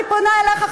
אני פונה אליך,